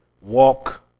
Walk